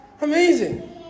amazing